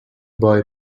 boy